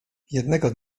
jednego